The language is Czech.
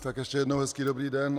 Tak ještě jednou hezký dobrý den.